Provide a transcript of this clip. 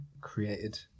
created